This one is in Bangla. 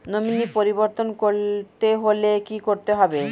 নমিনি পরিবর্তন করতে হলে কী করতে হবে?